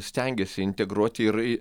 stengiasi integruoti ir